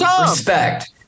Respect